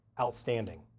outstanding